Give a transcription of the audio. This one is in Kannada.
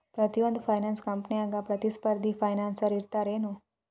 ಪ್ರತಿಯೊಂದ್ ಫೈನಾನ್ಸ ಕಂಪ್ನ್ಯಾಗ ಪ್ರತಿಸ್ಪರ್ಧಿ ಫೈನಾನ್ಸರ್ ಇರ್ತಾರೆನು?